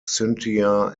cynthia